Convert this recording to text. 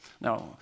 Now